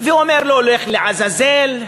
ואומר לו: לך לעזאזל,